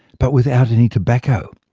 but without any tobacco.